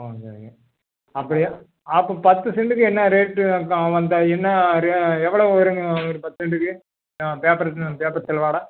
ம் சரிங்க அப்படியா அப்போ பத்து செண்ட்டுக்கு என்ன ரேட்டு வந்தால் என்ன அது எவ்வளோ வருங்க ஒரு பத்து செண்ட்டுக்கு ஆ பேப்பருக்குங்க பேப்பர் செலவோடு